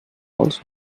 also